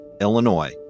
Illinois